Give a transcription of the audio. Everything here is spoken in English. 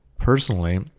Personally